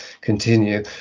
continue